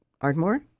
Ardmore